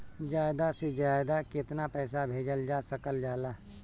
ज्यादा से ज्यादा केताना पैसा भेजल जा सकल जाला?